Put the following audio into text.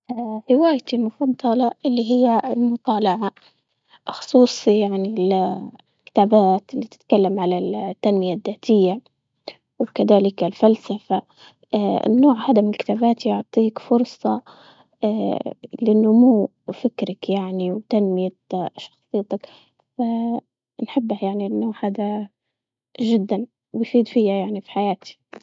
اه هوايتي المفضلة اللي هي المطالعة، خصوصي يعني الكتابات اللي تتكلم على التنمية الذاتية، وكذلك الفلسفة، اه النوع هذا من الكتابات يعطيك فرصة اه للنمو وفكرك يعني وتنمية شخصية بس نحبه يعني انه هذا جدا ويفيد فيا يعني في حياتي.